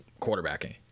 quarterbacking